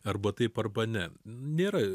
arba taip arba ne nėra